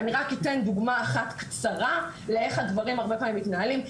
ואני רק אתן דוגמא אחת קצרה לאיך הדברים הרבה פעמים מתנהלים,